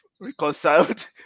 reconciled